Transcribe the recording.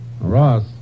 Ross